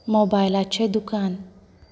मोबायलाचें दुकान